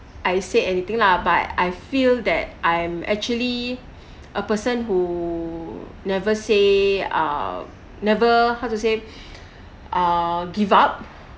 I say anything lah but I feel that I'm actually a person who never say uh never how to say uh give up